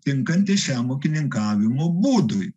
tinkanti šiam ūkininkavimo būdui